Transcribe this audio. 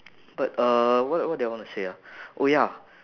but uh what what did I want to say ah oh ya